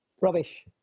Rubbish